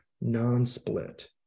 non-split